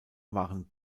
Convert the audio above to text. waren